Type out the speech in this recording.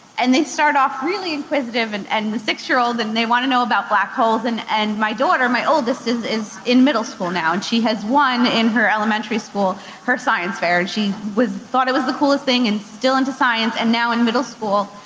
and they start off really inquisitive and and the six year old, and they wanna know about black holes and and my daughter, my oldest, is is in middle school now. and she has won in her elementary school her science fair. and she thought it was the coolest thing, and was still into science, and now in middle school,